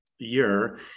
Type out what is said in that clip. year